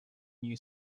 new